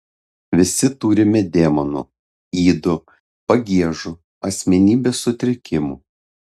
visi turime demonų ydų pagiežų asmenybės sutrikimų